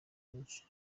byinshi